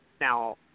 Now